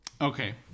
Okay